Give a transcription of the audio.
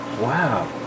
Wow